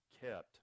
kept